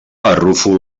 arrufo